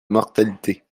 mortalité